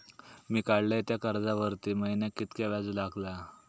मी काडलय त्या कर्जावरती महिन्याक कीतक्या व्याज लागला?